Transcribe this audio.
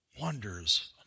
Wonders